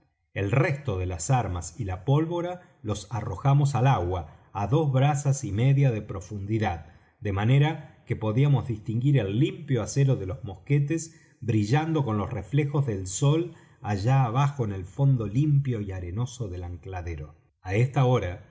el resto de las armas y la pólvora los arrojamos al agua á dos brazas y media de profundidad de manera que podíamos distinguir el limpio acero de los mosquetes brillando con los reflejos del sol allá abajo en el fondo limpio y arenoso del ancladero á esta hora